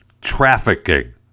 trafficking